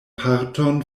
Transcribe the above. parton